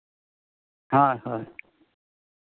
ᱦᱳᱮᱸ ᱦᱳᱭ ᱦᱳᱭ